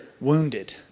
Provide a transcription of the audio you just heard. wounded